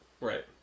Right